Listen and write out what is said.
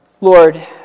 Lord